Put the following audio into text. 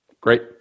Great